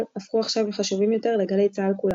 הפכו עכשיו חשובים יותר לגלי צה"ל כולה,